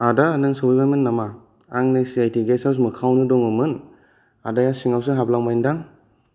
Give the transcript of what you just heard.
आदा नों सौफैबायमोन नामा आं नै C I T guest house मोखांआवनो दङमोन आदाया सिङावसो हाबलांबाय दां